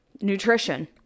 nutrition